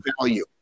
value